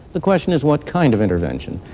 the question is what kind of intervention?